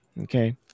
Okay